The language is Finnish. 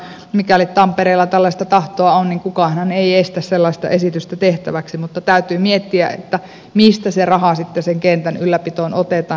mikäli tampereella tällaista tahtoa on niin kukaanhan ei estä sellaista esitystä tehtäväksi mutta täytyy miettiä mistä se raha sitten kentän ylläpitoon otetaan